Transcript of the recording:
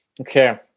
Okay